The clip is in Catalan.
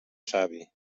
savi